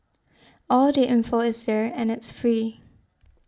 all the info is there and it's free